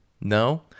No